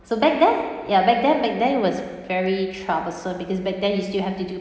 so back then ya back then back then it was very troublesome because back then you still have to do